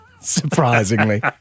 Surprisingly